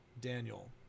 Daniel